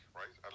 right